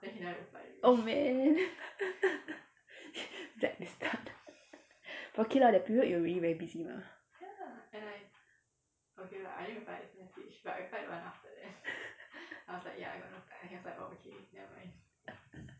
oh man blacklisted but okay lah that period you really very busy mah